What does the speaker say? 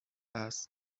است